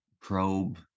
probe